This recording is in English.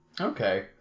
Okay